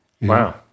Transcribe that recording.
Wow